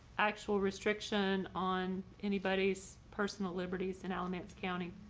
actual restriction on anybody's personal liberties in alamance county.